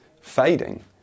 fading